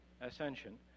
Ascension